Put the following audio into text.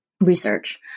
research